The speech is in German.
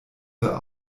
the